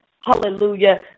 hallelujah